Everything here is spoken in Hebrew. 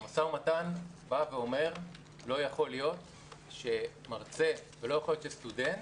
המשא-ומתן בא ואומר שלא יכול להיות שמרצה ולא יכול להיות שסטודנט